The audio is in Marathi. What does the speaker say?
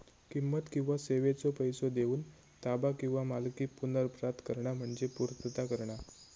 किंमत किंवा सेवेचो पैसो देऊन ताबा किंवा मालकी पुनर्प्राप्त करणा म्हणजे पूर्तता करणा